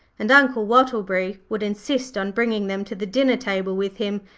and uncle wattleberry would insist on bringing them to the dinner table with him,